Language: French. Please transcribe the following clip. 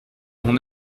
mon